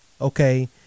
okay